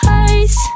eyes